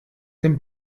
dem